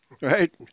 Right